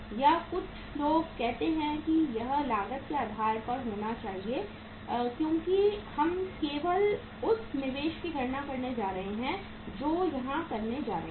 या कुछ लोग कहते हैं कि यह लागत के आधार पर होना चाहिए क्योंकि हम केवल उस निवेश की गणना करने जा रहे हैं जो हम यहां करने जा रहे हैं